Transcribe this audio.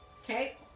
Okay